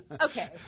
Okay